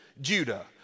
Judah